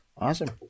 Awesome